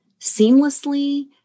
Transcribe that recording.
seamlessly